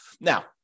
Now